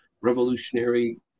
revolutionary